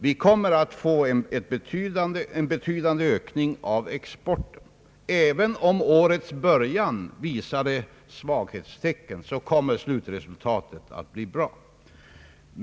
Vi kommer att få en betydande ökning av exporten; även om årets början visade svaghetstecken kommer slutresultatet att bli bra.